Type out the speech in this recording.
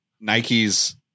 Nike's